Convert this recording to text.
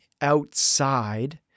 outside